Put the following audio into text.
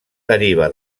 deriva